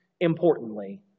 importantly